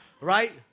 Right